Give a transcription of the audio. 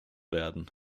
werden